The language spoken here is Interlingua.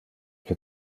que